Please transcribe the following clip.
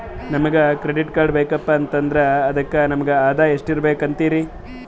ನಮಗ credit card ಬೇಕಪ್ಪ ಅಂದ್ರ ಅದಕ್ಕ ನಮಗ ಆದಾಯ ಎಷ್ಟಿರಬಕು ಅಂತೀರಿ?